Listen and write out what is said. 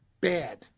bad